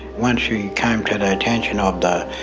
once she came to the attention of the